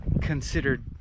considered